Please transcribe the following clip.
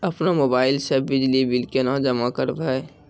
अपनो मोबाइल से बिजली बिल केना जमा करभै?